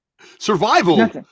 survival